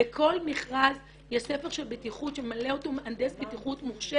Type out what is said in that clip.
בכל מכרז יש ספר של בטיחות שממלא אותו מהנדס בטיחות מורשה